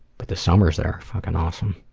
but the summer's there are fucking awesome.